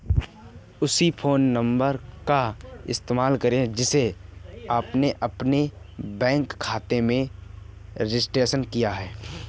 उसी phone number का इस्तेमाल करें जिसे आपने अपने बैंक खाते में रजिस्टर किया है